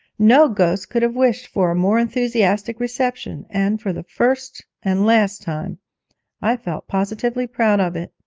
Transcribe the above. no ghost could have wished for a more enthusiastic reception, and for the first and last time i felt positively proud of it!